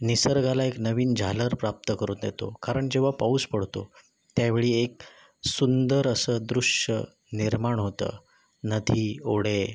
निसर्गाला एक नवीन झालर प्राप्त करून देतो कारण जेव्हा पाऊस पडतो त्या वेळी एक सुंदर असं दृश्य निर्माण होतं नदी ओढे